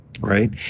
right